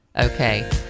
Okay